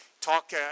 talk